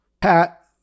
Pat